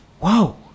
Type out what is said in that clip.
Wow